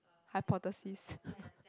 hypothesis